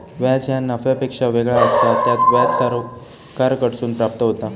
व्याज ह्या नफ्यापेक्षा वेगळा असता, त्यात व्याज सावकाराकडसून प्राप्त होता